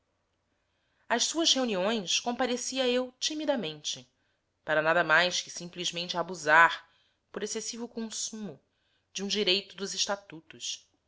às suas reuniões comparecia eu timidamente para nada mais que simplesmente abusar por excessivo consumo de um direito dos estatutos